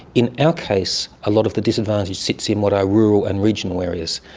in our case a lot of the disadvantage sits in what are rural and regional areas,